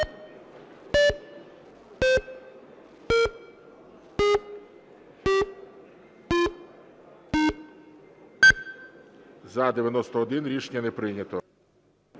За-88 Рішення не прийнято.